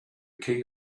king